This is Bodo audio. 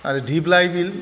आरो दिप्लाइ बिल